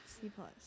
C-plus